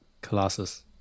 Colossus